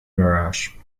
garage